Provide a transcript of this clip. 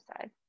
side